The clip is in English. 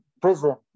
prison